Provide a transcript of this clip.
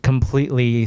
Completely